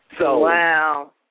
Wow